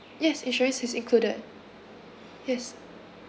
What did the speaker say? yes insurance is included yes